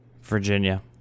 Virginia